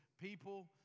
people